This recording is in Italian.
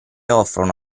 offrono